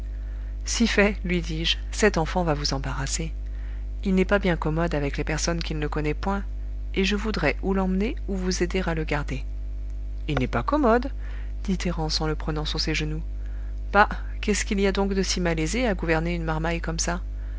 si fait lui dis-je cet enfant va vous embarrasser il n'est pas bien commode avec les personnes qu'il ne connaît point et je voudrais ou l'emmener ou vous aider à le garder il n'est pas commode dit thérence en le prenant sur ses genoux bah qu'est-ce qu'il y a donc de si malaisé à gouverner une marmaille comme ça